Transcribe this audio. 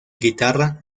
guitarra